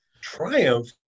Triumph